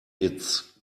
its